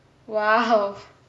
!wow!